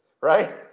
Right